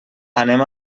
anem